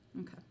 okay